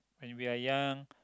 when we are young